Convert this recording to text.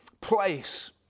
place